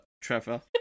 Trevor